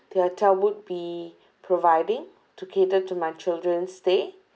the hotel would be providing to cater to my children's stay